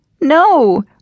No